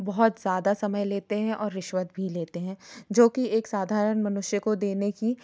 बहुत ज़्यादा समय लेते हैं और रिश्वत भी लेते हैं जो कि एक साधारण मनुष्य को देने की